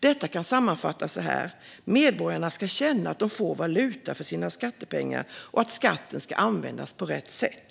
Detta kan sammanfattas så här: Medborgarna ska känna att de får valuta för sina skattepengar, och skatten ska användas på rätt sätt.